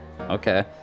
Okay